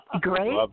Great